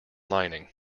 lining